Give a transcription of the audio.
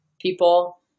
people